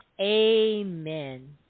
Amen